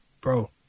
bro